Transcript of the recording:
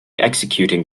executing